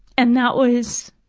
and that was,